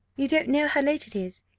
you don't know how late it is.